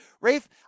Rafe